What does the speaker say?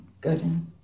Good